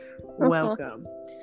welcome